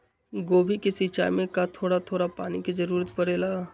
गोभी के सिचाई में का थोड़ा थोड़ा पानी के जरूरत परे ला?